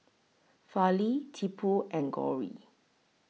Fali Tipu and Gauri